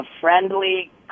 friendly